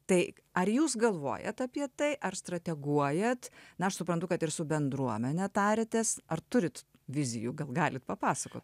tai ar jūs galvojate apie tai ar strateguojate na aš suprantu kad ir su bendruomene tariatės ar turite vizijų gal galite papasakoti